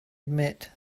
admit